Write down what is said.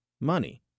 money